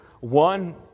one